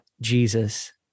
Jesus